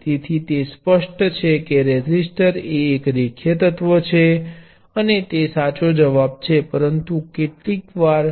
તેથી તે સ્પષ્ટ સ્પષ્ટ છે કે રેઝિસ્ટર એ એક રેખીય એલિમેન્ટ છે અને તે સાચો જવાબ છે પરંતુ કેટલીકવાર